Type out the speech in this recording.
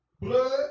Blood